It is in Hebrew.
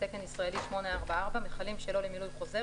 ת"י 844 - "מכלים שלא למילוי חוזר,